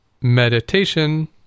meditation